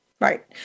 Right